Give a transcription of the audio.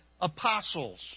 apostles